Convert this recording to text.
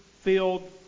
filled